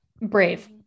brave